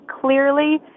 clearly